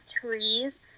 trees